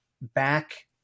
back